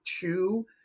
two